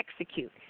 execute